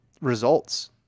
results